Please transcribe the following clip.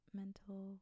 mental